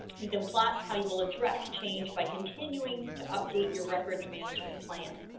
you can plot how you will address change by continuing to update your records management plan